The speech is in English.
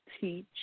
teach